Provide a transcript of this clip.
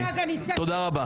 --- תוציאו.